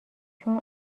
چون